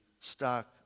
stock